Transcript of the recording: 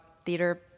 theater